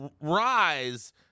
rise